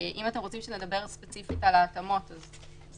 אם אתם רוצים שנדבר ספציפית על ההתאמות זה אפשרי.